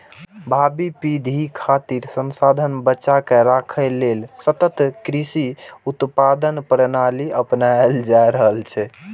भावी पीढ़ी खातिर संसाधन बचाके राखै लेल सतत कृषि उत्पादन प्रणाली अपनाएल जा रहल छै